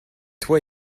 toi